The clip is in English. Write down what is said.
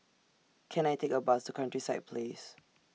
Can I Take A Bus to Countryside Place